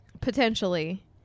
Potentially